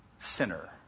sinner